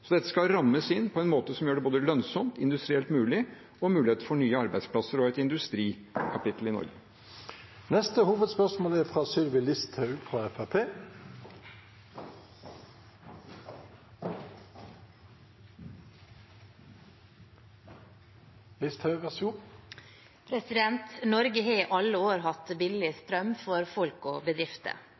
Dette skal rammes inn på en måte som gjør at det både er lønnsomt, er industrielt mulig og gir muligheter for nye arbeidsplasser og et nytt industrikapittel i Norge. Vi går videre til neste hovedspørsmål. Norge har i alle år hatt billig strøm til folk og bedrifter.